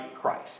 Christ